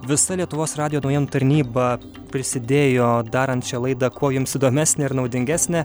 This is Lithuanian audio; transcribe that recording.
visa lietuvos radijo naujienų tarnyba prisidėjo darant šią laidą kuo jums įdomesnę ir naudingesnę